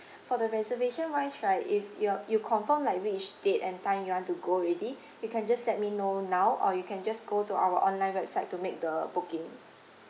for the reservation wise right if you're you confirm like which date and time you want to go already you can just let me know now or you can just go to our online website to make the booking